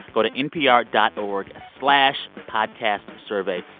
go to npr dot org slash podcastsurvey.